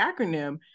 acronym